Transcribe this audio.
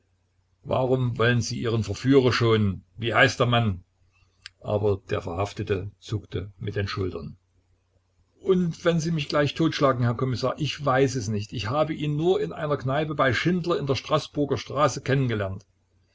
warum wollen sie ihren verführer schonen wie heißt der mann aber der verhaftete zuckte mit den schultern und wenn sie mich gleich totschlagen herr kommissar ich weiß es nicht ich habe ihn nur in einer kneipe bei schindler in der straßburger straße kennengelernt